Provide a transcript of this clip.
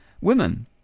women